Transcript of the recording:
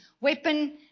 Weapon